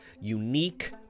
unique